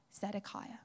Zedekiah